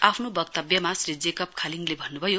आफ्नु वक्तव्यमा श्री जेकब खालिङले भन्नुभयो